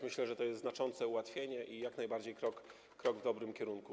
Myślę, że to jest znaczące ułatwienie i jak najbardziej krok w dobrym kierunku.